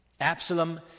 Absalom